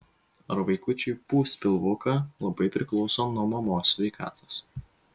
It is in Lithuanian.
ar vaikučiui pūs pilvuką labai priklauso nuo mamos sveikatos